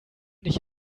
dich